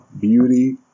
beauty